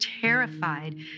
terrified